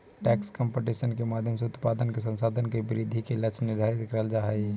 tax competition के माध्यम से उत्पादन के संसाधन के वृद्धि के लक्ष्य निर्धारित करल जा हई